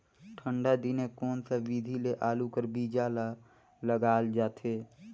ठंडा दिने कोन सा विधि ले आलू कर बीजा ल लगाल जाथे?